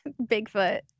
Bigfoot